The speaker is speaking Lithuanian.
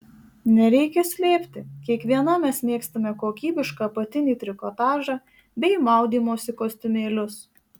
nereikia slėpti kiekviena mes mėgstame kokybišką apatinį trikotažą bei maudymosi kostiumėlius